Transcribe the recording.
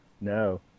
No